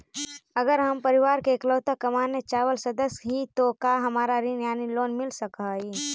अगर हम परिवार के इकलौता कमाने चावल सदस्य ही तो का हमरा ऋण यानी लोन मिल सक हई?